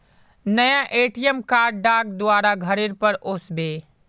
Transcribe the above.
नया ATM card डाक द्वारा घरेर पर ओस बे